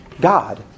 God